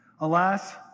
Alas